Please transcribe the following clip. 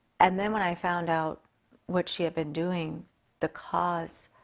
and then when i found out what she'd been doing the cause